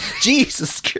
Jesus